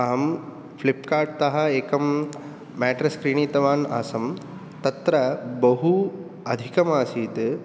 अहं फ्लिप्कार्ट्तः एकं मेट्रेस् क्रीणीतवान् आसम् तत्र बहु अधिकम् आसीत्